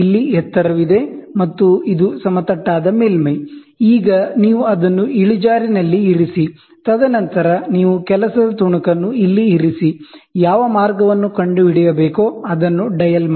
ಮತ್ತು ಇದು ಸಮತಟ್ಟಾದ ಮೇಲ್ಮೈ ಈಗ ನೀವು ಅದನ್ನು ಇಳಿಜಾರಿನಲ್ಲಿ ಇರಿಸಿ ತದನಂತರ ನೀವು ವರ್ಕ್ ಪೀಸ್ ನ್ನು ಇಲ್ಲಿ ಇರಿಸಿ ಯಾವ ಮಾರ್ಗವನ್ನು ಕಂಡುಹಿಡಿಯ ಬೇಕೋ ಅದನ್ನು ಡಯಲ್ ಮಾಡಿ